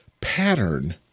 pattern